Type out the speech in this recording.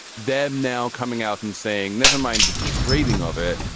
they're now coming out and saying never mind the trading of it.